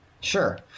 sure